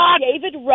David